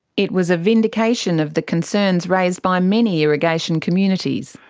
it was a vindication of the concerns raised by many irrigation communities.